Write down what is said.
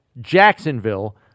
Jacksonville